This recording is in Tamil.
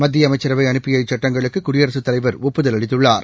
மத்திய அமைச்சரவை அனுப்பிய இச்சட்டங்களுக்கு குடியரசுத்தலைவர் ஒப்புதல் அளித்துள்ளார்